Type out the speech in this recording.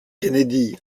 kennedy